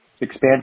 expand